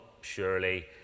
surely